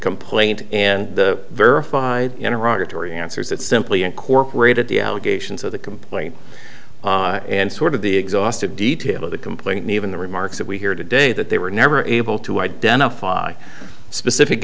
complaint and the verified iraq atory answers that simply incorporated the allegations of the complaint and sort of the exhaustive detail of the complaint nieve in the remarks that we hear today that they were never able to identify specific